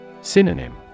Synonym